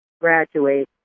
graduate